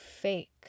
fake